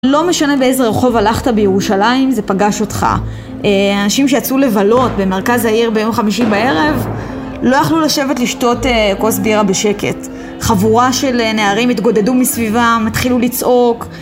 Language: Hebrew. לא משנה באיזה רחוב הלכת בירושלים, זה פגש אותך. האנשים שיצאו לבלות במרכז העיר ביום חמישי בערב, לא יכלו לשבת לשתות כוס בירה בשקט. חבורה של נערים התגודדו מסביבם, התחילו לצעוק.